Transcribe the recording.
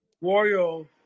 royal